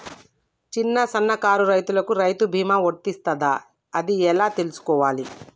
చిన్న సన్నకారు రైతులకు రైతు బీమా వర్తిస్తదా అది ఎలా తెలుసుకోవాలి?